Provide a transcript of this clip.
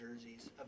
jerseys